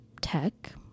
tech